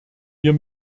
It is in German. wir